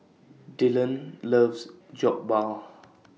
Dylon loves Jokbal